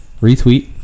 Retweet